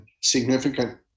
significant